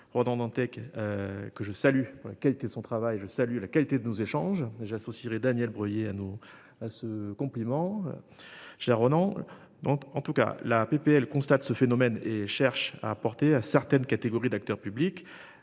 Ronan Dantec. Que je salue la qualité de son travail. Je salue la qualité de nos échanges, j'associerai Daniel Breuiller anneaux ce compliment. J'ai Ronan donc en tout cas la PPL constate ce phénomène et cherche à apporter à certaines catégories d'acteurs publics,